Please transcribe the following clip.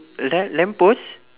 la~ lamp post